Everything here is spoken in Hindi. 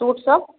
और सूट सब